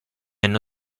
hanno